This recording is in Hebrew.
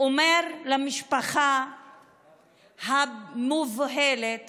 אומר למשפחה המבוהלת